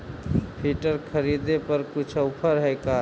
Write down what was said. Filter खरिदे पर कुछ औफर है का?